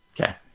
Okay